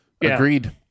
agreed